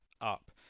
up